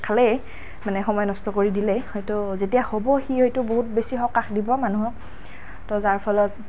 খালে মানে সময় নষ্ট কৰি দিলে হয়টো যেতিয়া হ'ব সি হয়তো বহুত বেছি সকাহ দিব মানুহক ত' যাৰ ফলত